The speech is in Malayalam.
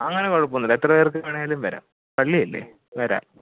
അങ്ങനെ കുഴപ്പം ഒന്നുമില്ല എത്ര പേർക്ക് വേണമെങ്കിലും വരാം പള്ളിയല്ലേ വരാം